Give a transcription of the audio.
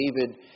David